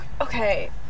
okay